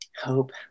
Hope